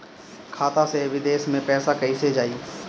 खाता से विदेश मे पैसा कईसे जाई?